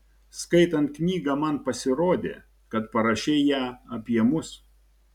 skaitant knygą man pasirodė kad parašei ją apie mus